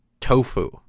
tofu